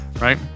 right